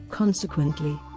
consequently,